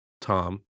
Tom